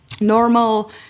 normal